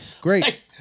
great